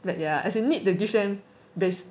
like ya as in need the different bas~